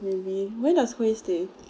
maybe where does Hue stay